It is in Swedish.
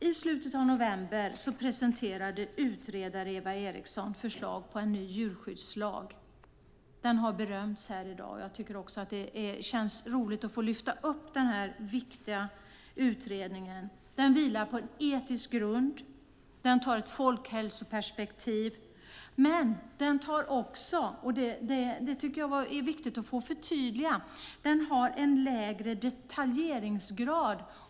I slutet av november presenterade utredare Eva Eriksson förslag på en ny djurskyddslag. Den har berömts här i dag. Jag tycker också att det känns roligt att få lyfta fram den här viktiga utredningen. Den vilar på etisk grund. Den tar ett folkhälsoperspektiv. Men den har också - och det tycker jag är viktigt att få förtydliga - en lägre detaljeringsgrad.